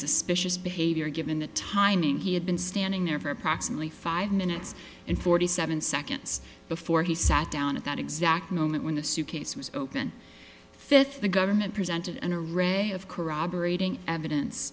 suspicious behavior given the timing he had been standing there for approximately five minutes and forty seven seconds before he sat down at that exact moment when the suitcase was open fifth the government presented and a ray of corroborating evidence